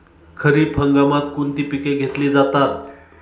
खरीप हंगामात कोणती पिके घेतली जातात?